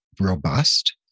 robust